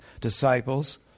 disciples